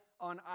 on